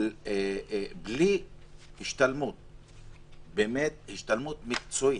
אבל בלי השתלמות מקצועית,